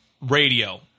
radio